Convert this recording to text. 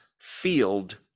field